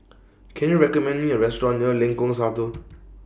Can YOU recommend Me A Restaurant near Lengkok Satu